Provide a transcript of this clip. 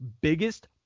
biggest